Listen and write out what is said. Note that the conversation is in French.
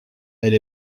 elle